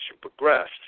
progressed